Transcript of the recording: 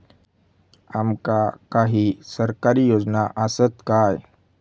आमका काही सरकारी योजना आसत काय?